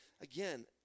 Again